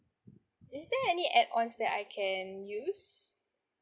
is there any add ons that I can use